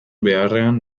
beharrean